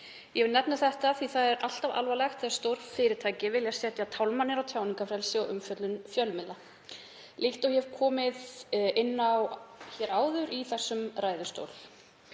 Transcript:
Ég vil nefna þetta því að það er alltaf alvarlegt þegar stórfyrirtæki vilja setja tálmanir á tjáningarfrelsi og umfjöllun fjölmiðla, líkt og ég hef áður komið inn á í þessum ræðustól.